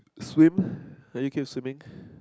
swim now you keep swimming